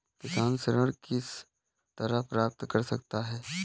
किसान ऋण किस तरह प्राप्त कर सकते हैं?